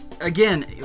Again